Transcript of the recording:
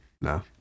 no